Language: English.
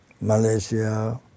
Malaysia